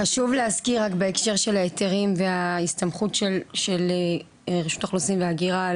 חשוב רק להזכיר בהקשר של ההיתרים וההסתמכות של רשות האוכלוסין וההגירה,